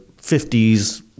50s